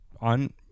on